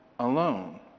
alone